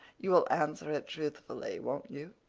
you will answer it truthfully, won't you?